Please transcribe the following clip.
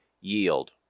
yield